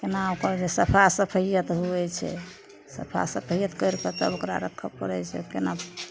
कोना ओकर जे सफा सफैअत होइ छै सफा सफैअत करिके तब ओकरा रखै पड़ै छै कोना